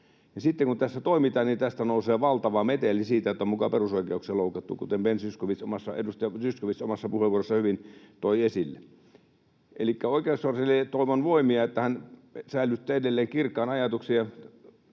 Sitten kun tässä toimitaan, niin tästä nousee valtava meteli siitä, että on muka perusoikeuksia loukattu, kuten edustaja Ben Zyskowicz omassa puheenvuorossa hyvin toi esille. Elikkä oikeuskanslerille toivon voimia, että hän säilyttää edelleen kirkkaan ajatuksen